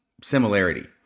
similarity